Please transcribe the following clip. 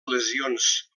lesions